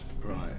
Right